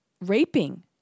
raping